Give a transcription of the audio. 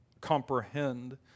comprehend